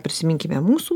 prisiminkime mūsų